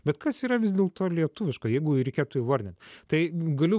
bet kas yra vis dėlto lietuviška jeigu reikėtų įvardint tai galiu